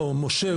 משה,